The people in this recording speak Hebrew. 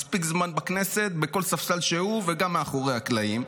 מספיק זמן בכנסת בכל ספסל שהוא וגם מאחורי הקלעים.